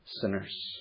sinners